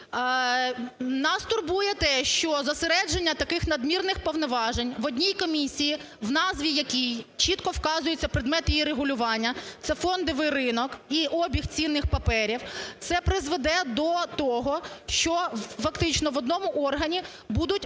Нас турбує те, що зосередження таких надмірних повноважень в одній комісії, в назві якої чітко вказується предмет її регулювання – це фондовий ринок і обіг цінних паперів. Це призведе до того, що фактично в одному органі будуть